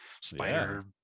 spider